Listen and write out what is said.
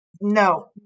no